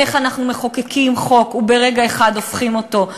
איך אנחנו מחוקקים חוק וברגע אחד הופכים אותו,